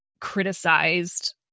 criticized